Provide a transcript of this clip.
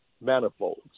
manifolds